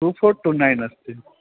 two four two nine अस्ति